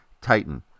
titan